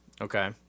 Okay